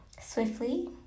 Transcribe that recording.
swiftly